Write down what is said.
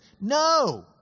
No